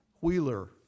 Wheeler